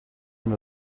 and